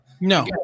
no